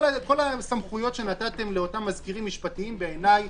כל הסמכויות שנתתם לאותם מזכירים משפטיים בעיניי